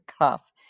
cuff